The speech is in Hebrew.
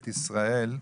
ישראל".